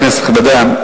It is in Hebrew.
כנסת נכבדה,